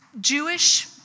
Jewish